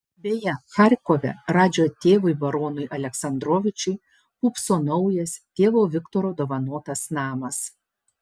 beje charkove radžio tėvui baronui aleksandrovičiui pūpso naujas tėvo viktoro dovanotas namas